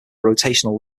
rotational